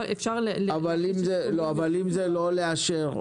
אבל אם זה לא לאשר,